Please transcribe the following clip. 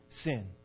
sin